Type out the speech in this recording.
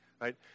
Right